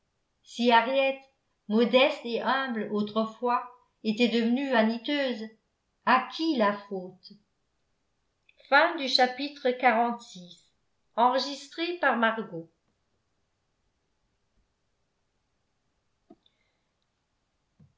modeste et humble autrefois était devenue vaniteuse à qui la faute